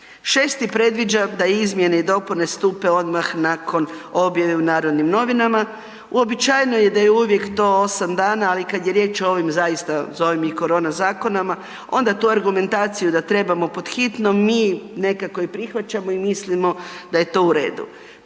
6. predviđa da izmjene i dopune stupe odmah nakon objave u NN. Uobičajeno je da je to uvijek 8 dana, ali kada je riječ o ovim, zovem ih korona zakonima, onda tu argumentaciju da trebamo pod hitno mi nekako i prihvaćamo i mislimo da je to u redu.